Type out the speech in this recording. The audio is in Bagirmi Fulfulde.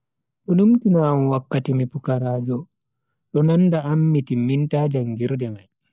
Do numtina am wakkati mi pukaraajo do nanda am mi timminta jangirde mai.